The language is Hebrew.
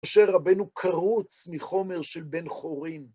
משה רבנו קרוץ מחומר של בן חורין.